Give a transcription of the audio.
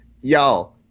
Y'all